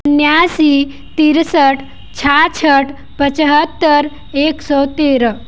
उनासी तिरसठ छियासठ पचहत्तर एक सौ तेरह